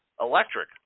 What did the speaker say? electric